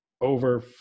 over